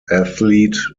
athlete